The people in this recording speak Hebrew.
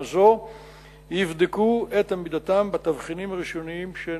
זו יבדקו את עמידתם בתבחינים הראשונים שנקבעו.